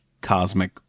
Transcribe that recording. cosmic